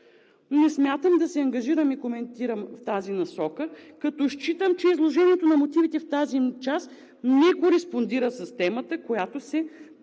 Не смятам да се ангажирам и коментирам в тази насока, като считам, че изложението на мотивите в тази му част не кореспондират с темата, която се поставя